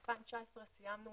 ב-2019, סיימנו